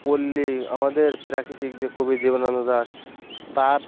পল্লী আমাদের প্রাকৃতিক যে কবি জীবনানন্দ দাশ তার